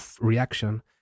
reaction